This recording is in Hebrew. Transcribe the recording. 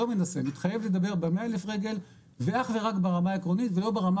מתחייב לדבר במאה אלף רגל ואך ורק ברמה העקרונית ולא ברמה